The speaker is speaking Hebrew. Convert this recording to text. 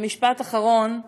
משפט אחרון.